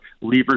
levers